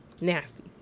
nasty